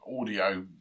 audio